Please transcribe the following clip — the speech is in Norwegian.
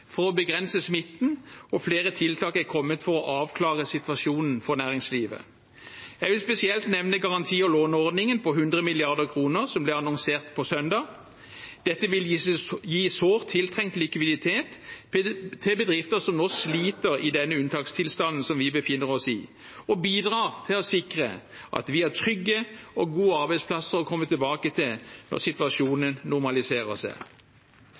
for å begrense smitten, og flere tiltak er kommet for å avklare situasjonen for næringslivet. Jeg vil spesielt nevne garanti- og låneordningen på 100 mrd. kr, som ble annonsert på søndag. Dette vil gi sårt tiltrengt likviditet til bedrifter som nå sliter i denne unntakstilstanden som vi befinner oss i, og bidrar til å sikre at vi har trygge og gode arbeidsplasser å komme tilbake til når situasjonen normaliserer seg.